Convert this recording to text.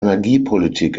energiepolitik